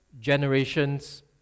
generations